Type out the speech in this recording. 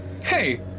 Hey